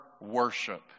worship